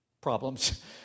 problems